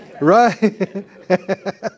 right